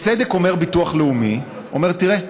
בצדק הביטוח הלאומי אומר: תראה,